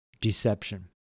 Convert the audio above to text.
deception